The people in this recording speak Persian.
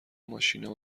ماشینا